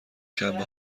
شنبه